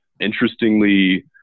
Interestingly